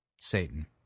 Satan